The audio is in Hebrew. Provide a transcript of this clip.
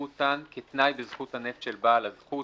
אותן כתנאי בזכות הנפט של בעל הזכות".